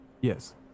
Yes